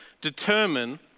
determine